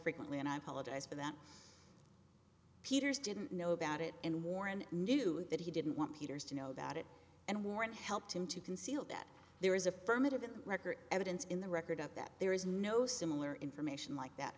frequently and i apologize for that peters didn't know about it and warren knew that he didn't want peters to know about it and warren helped him to conceal that there is affirmative in the record evidence in the record up that there is no similar information like that